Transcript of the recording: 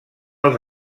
els